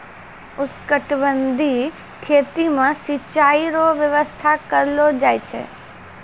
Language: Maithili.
उष्णकटिबंधीय खेती मे सिचाई रो व्यवस्था करलो जाय छै